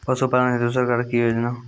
पशुपालन हेतु सरकार की योजना?